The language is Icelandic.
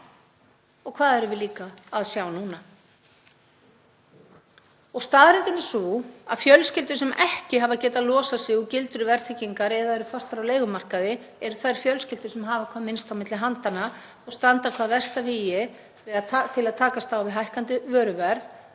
Og hvað erum við líka að sjá núna? Staðreyndin er sú að fjölskyldur sem ekki hafa getað losað sig úr gildru verðtryggingar eða eru fastar á leigumarkaði eru þær fjölskyldur sem hafa hvað minnst milli handanna og standa hvað verst að vígi til að takast á við hækkandi vöruverð